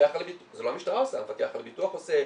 זה לא המשטרה עושה, המפקח על הביטוח עושה,